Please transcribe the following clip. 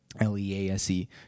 L-E-A-S-E